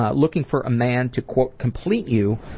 ah looking for a man to complete you,